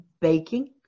baking